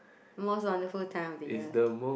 most wonderful time of the year